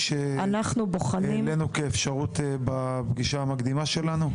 שהעלינו כאפשרות בפגישה המקדימה שלנו?